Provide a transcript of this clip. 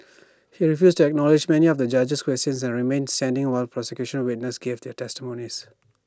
he refused to acknowledge many of the judge's questions and remained standing while prosecution witnesses gave their testimonies